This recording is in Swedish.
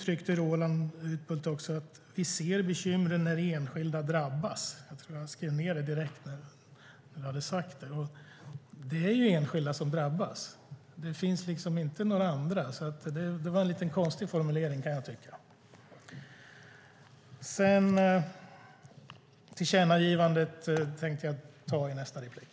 Roland Utbult uttryckte också att de ser bekymren när enskilda drabbas. Jag tror att jag skrev ned det direkt när du hade sagt det. Det är ju enskilda som drabbas; det finns inga andra. Det var alltså en lite konstig formulering, kan jag tycka. Tillkännagivandet tänkte jag ta i nästa replik.